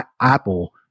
Apple